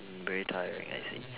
mm very tiring I see